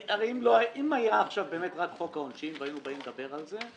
אם היה עכשיו רק חוק העונשין והיינו מדברים על זה,